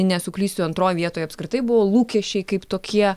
nesuklysiu antroj vietoj apskritai buvo lūkesčiai kaip tokie